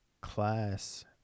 class